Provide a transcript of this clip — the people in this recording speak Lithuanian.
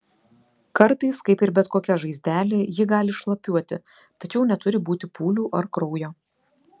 kartais kaip ir bet kokia žaizdelė ji gali šlapiuoti tačiau neturi būti pūlių ar kraujo